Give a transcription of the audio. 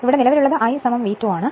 ഞാൻ ഏകദേശരൂപം ഉണ്ടാക്കി